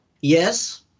Yes